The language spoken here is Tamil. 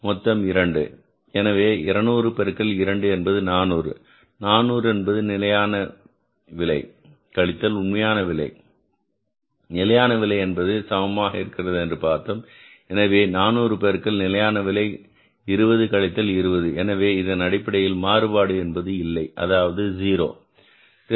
மொத்தம் 2 எனவே 200 பெருக்கல் 2 என்பது 400 இந்த 400 என்பது நிலையான விலை கழித்தல் உண்மையான விலை நிலையான விலை என்பது சமமாக இருக்கிறது என்று பார்த்தோம் எனவே இந்த 400 பெருக்கல் நிலையான விலை ரூபாய் 20 கழித்தல் 20 எனவே இதன் அடிப்படையில் மாறுபாடு என்பது இல்லை அதாவது 0